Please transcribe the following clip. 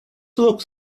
looks